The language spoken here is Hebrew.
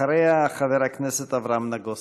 אחריה, חבר הכנסת אברהם נגוסה.